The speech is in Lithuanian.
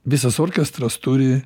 visas orkestras turi